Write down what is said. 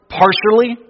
partially